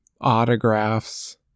autographs